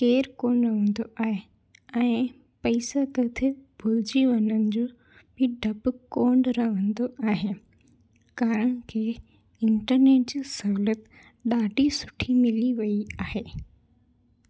केरु कोन रहंदो आहे ऐं पैसा किथे भुलिजी वञण जो बि ॾपु कोन रहंदो आहे कारण कि इंटरनेट जी सहूलियत ॾाढी सुठी मिली वयी आहे